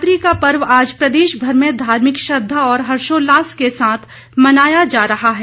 महाशिवरात्रि का पर्व आज प्रदेशभर में धार्मिक श्रद्धा और हर्षोल्लास के साथ मनाया जा रहा है